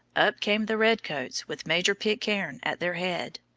up came the red-coats with major pitcairn at their head.